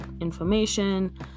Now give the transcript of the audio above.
information